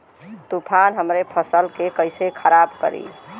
तूफान हमरे फसल के कइसे खराब करी?